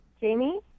Jamie